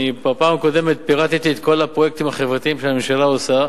אני בפעם הקודמת פירטתי את כל הפרויקטים החברתיים שהממשלה עושה